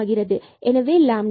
எனவே λ 2